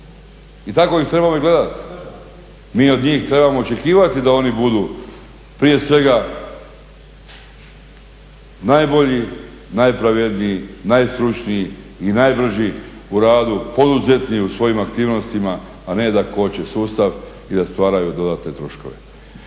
I tako ih trebamo i gledati. Mi od njih trebamo očekivati da oni budu prije svega najbolji, najpravedniji, najstručniji i najbrži u radu, poduzetni u svojim aktivnostima, a ne da koče sustav i da stvaraju dodatne troškove.